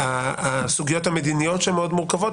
הסוגיות המדיניות שהן מאוד מורכבות,